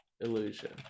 illusion